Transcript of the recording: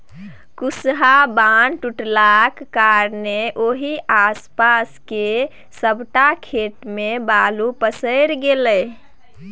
कुसहा बान्ह टुटलाक कारणेँ ओहि आसपास केर सबटा खेत मे बालु पसरि गेलै